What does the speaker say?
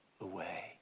away